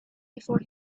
before